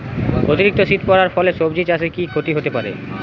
অতিরিক্ত শীত পরার ফলে সবজি চাষে কি ক্ষতি হতে পারে?